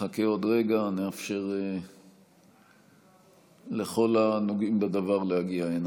נחכה עוד רגע, נאפשר לכל הנוגעים בדבר להגיע.